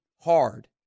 hard